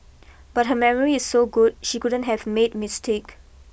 but her memory is so good she couldn't have made mistake